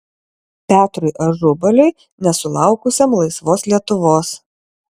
petrui ažubaliui nesulaukusiam laisvos lietuvos